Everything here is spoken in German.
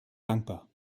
dankbar